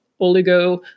oligo